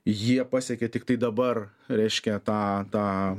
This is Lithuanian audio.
jie pasiekė tiktai dabar reiškia tą tą